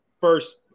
first